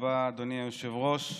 היושב-ראש.